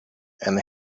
and